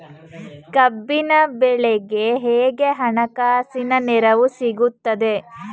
ಕಬ್ಬಿನ ಬೆಳೆಗೆ ಹೇಗೆ ಹಣಕಾಸಿನ ನೆರವು ಸಿಗುತ್ತದೆ?